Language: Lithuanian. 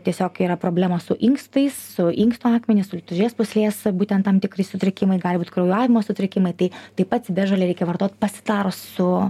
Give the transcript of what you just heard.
tiesiog yra problema su inkstais su inkstų akmenys tulžies pūslės būtent tam tikri sutrikimai gali būt kraujavimo sutrikimai tai taip pat ciberžolę reikia vartot pasitarus su